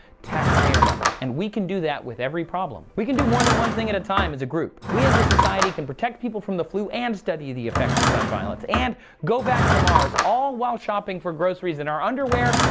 taxpayer money. and we can do that with every problem. we can do more than one thing at a time as a group. we as a society can protect people from the flu and study the effects of gun violence and go back to mars, all while shopping for groceries in our underwear.